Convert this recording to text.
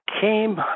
came